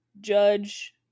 judge